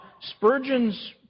Spurgeon's